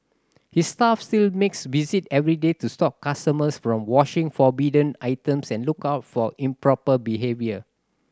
his staff still make visit every day to stop customers from washing forbidden items and look out for improper behaviour